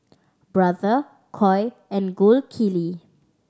Brother Koi and Gold Kili